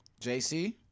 JC